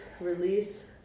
release